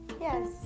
Yes